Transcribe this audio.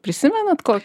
prisimenat ko